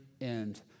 end